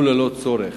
וללא צורך,